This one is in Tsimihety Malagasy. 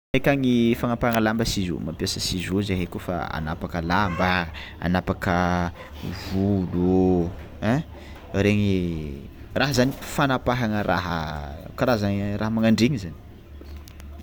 Aminay akagny fanapahana lamba ciseau zahay kôfa hanapaka lamba, hanapaka volo, hein regny raha zany fanapahana raha karazany raha manandreny zany.